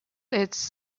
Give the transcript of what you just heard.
its